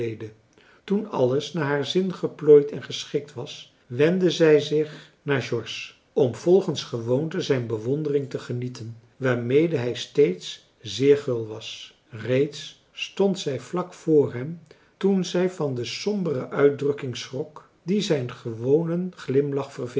toen alles naar haar zin geplooid en geschikt was wendde zij zich naar george om volgens gewoonte zijn bewondering te genieten waarmede hij steeds zeer gul was reeds stond zij vlak voor hem toen zij van de sombere uitdrukking schrok die zijn gewonen glimlach verving